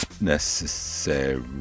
necessary